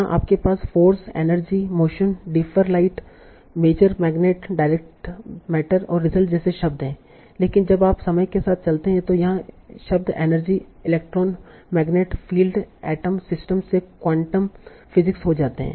यहां आपके पास force energy motion differ light measure magnet direct matter और रिजल्ट जैसे शब्द हैं लेकिन जब आप समय के साथ चलते हैं तो यहां शब्द energy electron magnet field atom system से क्वांटम फिजिक्स हो जाते हैं